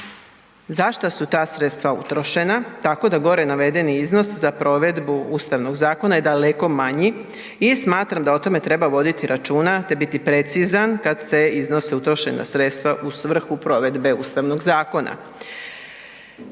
za što su ta sredstva utrošena tako da gore navedeni iznos za provedbu Ustavnog zakona je daleko manji i smatram da o tome treba voditi računa te biti precizan kad se iznosi utrošena sredstva u svrhu provedbe Ustavnog zakona.